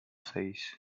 face